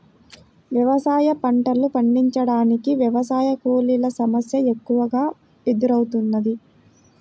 వ్యవసాయ పంటలు పండించటానికి వ్యవసాయ కూలీల సమస్య ఎక్కువగా ఎదురౌతున్నది